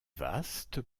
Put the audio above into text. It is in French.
vaste